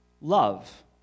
love